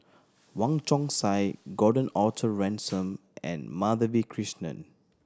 Wong Chong Sai Gordon Arthur Ransome and Madhavi Krishnan